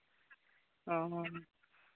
ᱚ ᱦᱚᱸ